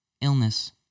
illness